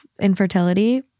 infertility